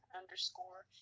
underscore